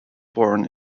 born